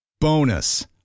Bonus